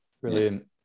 brilliant